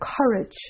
courage